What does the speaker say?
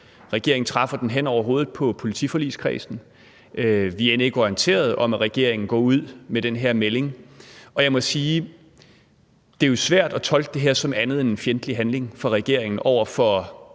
Regeringen træffer den hen over hovedet på politiforligskredsen. Vi er end ikke orienteret om, at regeringen går ud med den her melding, og jeg må sige, at det jo er svært at tolke det her som andet end en fjendtlig handling fra regeringens side over for